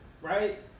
right